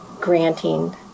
granting